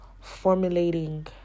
formulating